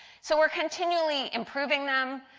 so are continually improving them.